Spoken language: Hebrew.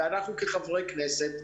ואנחנו כחברי כנסת,